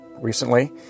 recently